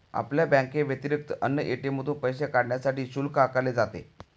आपल्या बँकेव्यतिरिक्त अन्य ए.टी.एम मधून पैसे काढण्यासाठी शुल्क आकारले जाते